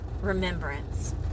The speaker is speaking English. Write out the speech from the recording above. remembrance